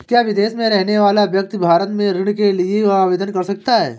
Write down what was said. क्या विदेश में रहने वाला व्यक्ति भारत में ऋण के लिए आवेदन कर सकता है?